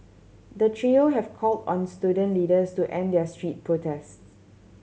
the trio have called on student leaders to end their street protests